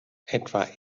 etwa